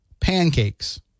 Pancakes